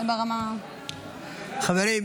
חברים,